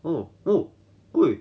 oh oh !oi!